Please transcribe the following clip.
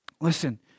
Listen